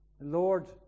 Lord